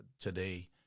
today